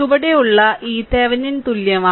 ചുവടെയുള്ള ഈ തെവെനിൻ തുല്യമാണ്